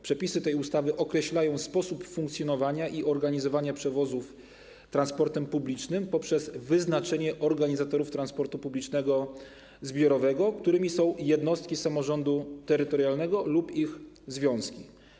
Przepisy tej ustawy określają sposób funkcjonowania i organizowania przewozów transportem publicznym poprzez wyznaczenie organizatorów transportu publicznego zbiorowego, którymi są jednostki samorządu terytorialnego lub ich związki.